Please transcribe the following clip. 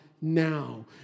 now